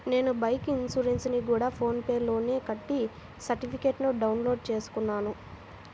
నేను బైకు ఇన్సురెన్సుని గూడా ఫోన్ పే లోనే కట్టి సర్టిఫికేట్టుని డౌన్ లోడు చేసుకున్నాను